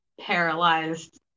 paralyzed